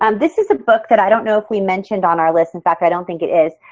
um this is a book that i don't know if we mentioned on our list. in fact, i don't think it is.